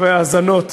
האזנות,